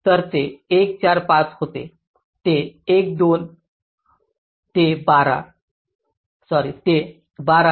तर ते 1 4 5 होते ते 1 2